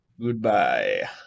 Goodbye